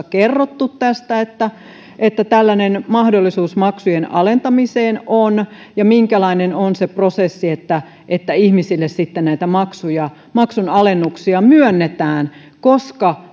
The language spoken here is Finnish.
kerrottu että että tällainen mahdollisuus maksujen alentamiseen on ja minkälainen on se prosessi että että ihmisille sitten näitä maksun alennuksia myönnetään